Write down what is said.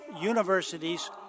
universities